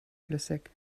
flüssig